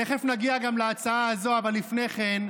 תכף נגיע גם להצעה הזאת, אבל לפני כן,